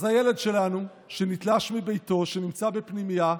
אז הילד שלנו, שנתלש מביתו, שנמצא בפנימייה,